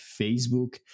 Facebook